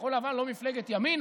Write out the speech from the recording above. כחול לבן לא מפלגת ימין,